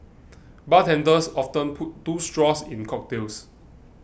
bartenders often put two straws in cocktails